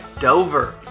Dover